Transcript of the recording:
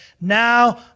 now